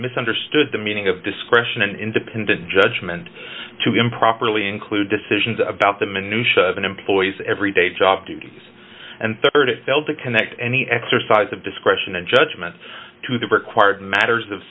misunderstood the meaning of discretion an independent judgment to be improperly include decisions about the minutiae of an employee's every day job and rd it failed to connect any exercise of discretion and judgment to the required matters of